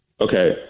Okay